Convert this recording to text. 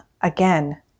again